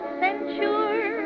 censure